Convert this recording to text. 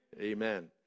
Amen